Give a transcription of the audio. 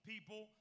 People